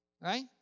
right